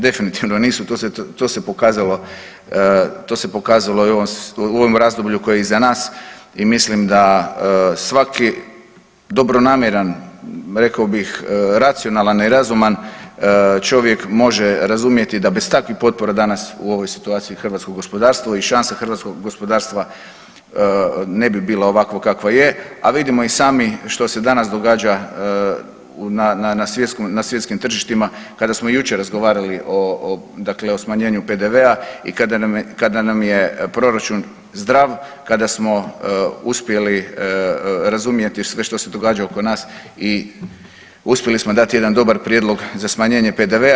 Definitivno nisu, to se, to se pokazalo, to se pokazalo i u ovom razdoblju koje je iza nas i mislim da svaki dobronamjeran rekao bih racionalan i razuman čovjek može razumjeti da bez takvih potpora danas u ovoj situaciji hrvatsko gospodarstvo i šansa hrvatskog gospodarstva ne bi bila ovakva kakva je, a vidimo i sami što se danas događa na, na svjetskim tržištima kada smo jučer razgovarali o, o dakle smanjenju PDV-a i kada nam je proračun zdrav, kada smo uspjeli razumjeti sve što se događa oko nas i uspjeli smo dati jedan dobar prijedlog za smanjenje PDV-a.